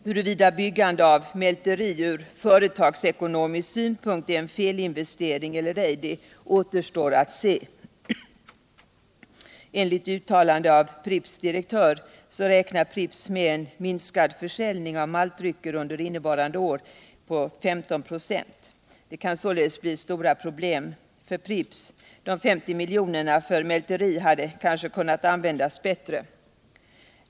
Huruvida byggandet av mälteriet ur företagsekonomisk synpunkt är en felinvestering eller ej återstår att se, men enligt uttalande av Pripps direktör räknar Pripps med en minskning i försäljningen av maltdrycker på 15 96 under ven: Det kan således uppstå stora problem för Pripps. De 50 miljonerna för”mälteriet hade kanske kunnat användas bättre?